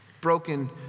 broken